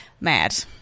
mad